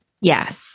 Yes